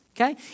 okay